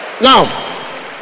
Now